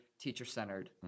teacher-centered